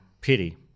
pity